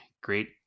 great